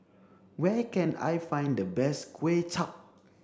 where can I find the best Kway Chap